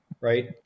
right